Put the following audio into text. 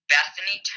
Bethany